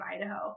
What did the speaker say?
Idaho